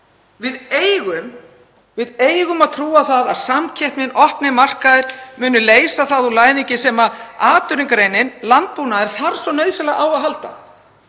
við eigum að trúa því að samkeppnin og opnir markaðir muni leysa það úr læðingi sem atvinnugreinin landbúnaður þarf svo nauðsynlega á að halda.